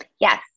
Yes